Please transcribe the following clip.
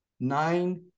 Nine